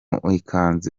ikanzu